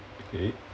okay